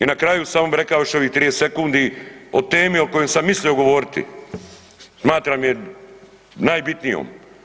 I na kraju samo bi reka još ovih 30 sekundi o temi o kojoj sam mislio govoriti, smatram je najbitnijom.